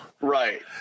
Right